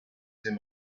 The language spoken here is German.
dem